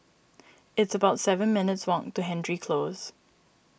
it's about seven minutes' walk to Hendry Close